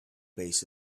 base